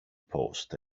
post